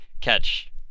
catch